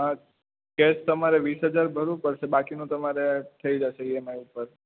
હા કેશ તમારે વીસ હજાર ભરવું પડશે બાકીનું તમારે થઈ જશે ઈએમઆઈ પર